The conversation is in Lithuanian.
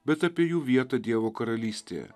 bet apie jų vietą dievo karalystėje